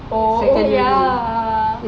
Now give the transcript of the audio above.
oh ya